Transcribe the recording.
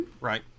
Right